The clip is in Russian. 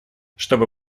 чтобы